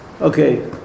Okay